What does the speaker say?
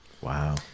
Wow